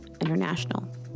International